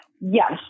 Yes